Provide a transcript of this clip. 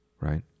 right